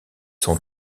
son